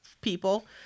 people